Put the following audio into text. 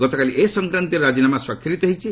ଗତକାଲି ଏ ସଂକ୍ରାନ୍ତୀୟ ରାଜିନାମା ସ୍ୱାକ୍ଷରିତ ହୋଇଛି